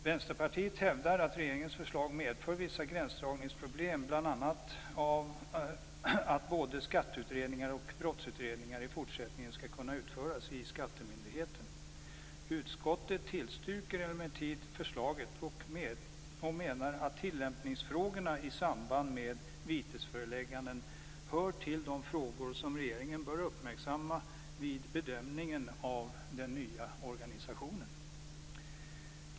Vänsterpartiet hävdar att regeringens förslag medför vissa gränsdragningsproblem bl.a. som följd av att både skatteutredningar och brottsutredningar i fortsättningen skall kunna utföras i skattemyndigheten. Utskottet tillstyrker emellertid förslaget och menar att tillämpningsfrågorna i samband med vitesförelägganden hör till de frågor som regeringen bör uppmärksamma vid bedömningen av den nya organisationen.